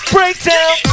Breakdown